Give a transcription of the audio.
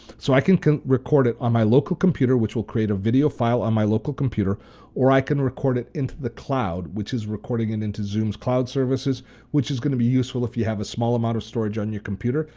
so i can can record it on my local computer, which will create a video file on my local computer or i can record it into the cloud which is recording it into zoom's cloud services which is gonna to be useful if you have a small amount of storage on your computer.